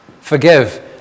Forgive